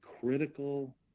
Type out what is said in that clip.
critical